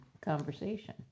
conversation